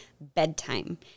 bedtime